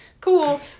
cool